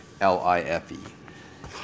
L-I-F-E